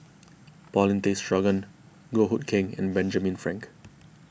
Paulin Tay Straughan Goh Hood Keng and Benjamin Frank